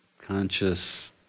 conscious